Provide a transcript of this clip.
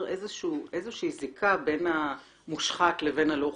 סוג של זיקה בין המושחת לבין הלא חוקי.